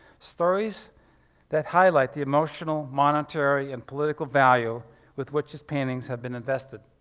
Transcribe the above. stories that highlight the emotional, monetary, and political value with which his paintings have been invested.